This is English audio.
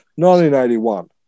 1981